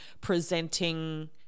presenting